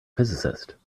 physicist